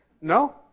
No